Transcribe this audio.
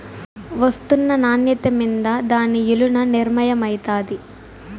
ఒస్తున్న నాన్యత మింద దాని ఇలున నిర్మయమైతాది